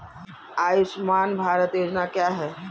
आयुष्मान भारत योजना क्या है?